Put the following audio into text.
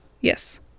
Yes